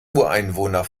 ureinwohner